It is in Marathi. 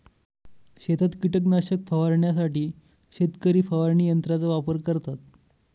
शेतात कीटकनाशक फवारण्यासाठी शेतकरी फवारणी यंत्राचा वापर करतात